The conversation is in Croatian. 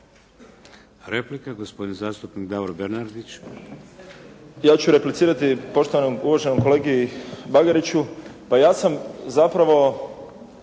Replika, gospodin zastupnik Davor Bernardić. **Bernardić, Davor (SDP)** Ja ću replicirati poštovanom, uvaženom kolegi Bagariću. Pa ja sam zapravo,